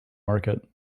market